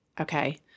Okay